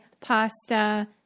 pasta